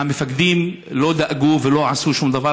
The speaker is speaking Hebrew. והמפקדים לא דאגו ולא עשו שום דבר.